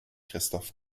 christoph